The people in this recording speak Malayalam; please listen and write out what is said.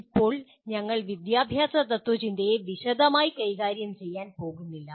ഇപ്പോൾ ഞങ്ങൾ വിദ്യാഭ്യാസ തത്ത്വചിന്തയെ വിശദമായി കൈകാര്യം ചെയ്യാൻ പോകുന്നില്ല